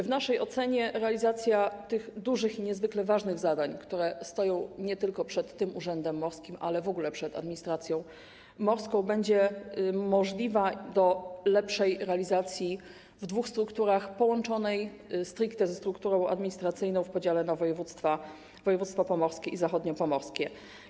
W naszej ocenie realizacja tych dużych i niezwykle ważnych zadań, które stoją nie tylko przed tym urzędem morskim, ale w ogóle przed administracją morską, będzie możliwa, lepsza w dwóch strukturach połączonych stricte ze strukturą administracyjną w podziale na województwo pomorskie i zachodniopomorskie.